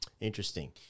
Interesting